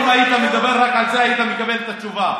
אם היית מדבר רק על זה, היית מקבל את התשובה,